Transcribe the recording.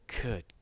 Good